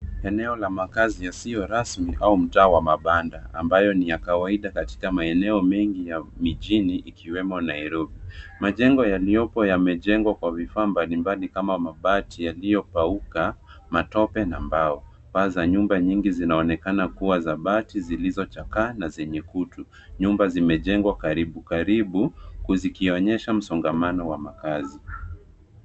Eneo la makazi yasiyo rasmi au mtaa wa mabanda, ambayo ni ya kawaida katika maeneo mengi ya mijini ikiwemo Nairobi. Majengo yaliyopo yamejengwa kwa vifaa mbalimbali kama mabati yaliyopauka, matope, na mbao. Kwanza nyumba nyingi zinaonekana kuwa za bati zilizochakaa, na zenye kutu. Nyumba zimejengwa karibu karibu, huku zikionyesha msongamano wa makazi.